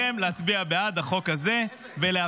אני קורא לכם להצביע בעד החוק הזה ולאפשר